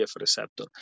receptor